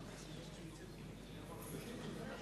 מצביע כרמל שאמה,